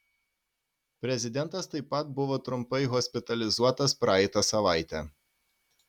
prezidentas taip pat buvo trumpai hospitalizuotas praeitą savaitę